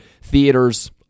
theaters